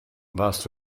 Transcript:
warst